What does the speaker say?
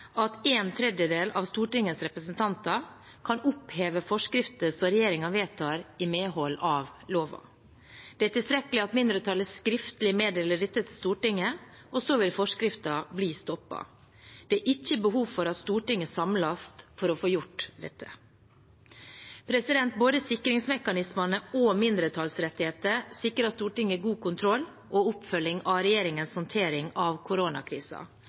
at en tredjedel av Stortingets representanter kan oppheve forskrifter som regjeringen vedtar i medhold av loven. Det er tilstrekkelig at mindretallet skriftlig meddeler dette til Stortinget, og så vil forskriften bli stoppet. Det er ikke behov for at Stortinget samles for å få gjort dette. Både sikringsmekanismene og mindretallsrettighetene sikrer Stortinget god kontroll og oppfølging av regjeringens håndtering av